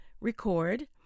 record